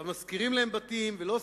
אבל משכירים להם בתים, ולא שדות,